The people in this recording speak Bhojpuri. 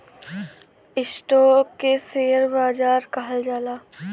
स्टोक के शेअर बाजार कहल जाला